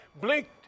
blinked